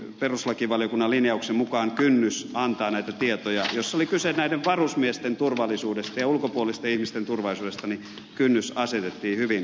perustuslakivaliokunnan linjauksen mukaan kynnys antaa näitä tietoja joissa oli kyse näiden varusmiesten turvallisuudesta ja ulkopuolisten ihmisten turvallisuudesta asetettiin hyvin korkealle